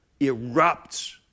erupts